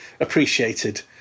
appreciated